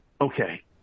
okay